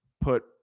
put –